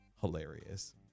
hilarious